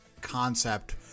concept